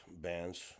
bands